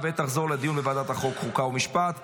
לוועדת החוקה, חוק ומשפט נתקבלה.